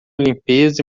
limpeza